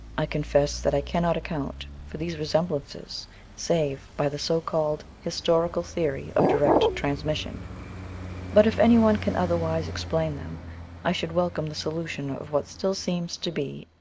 i confess that i cannot account for these resemblances save by the so-called historical theory of direct transmission but if any one can otherwise explain them i should welcome the solution of what still seems to be,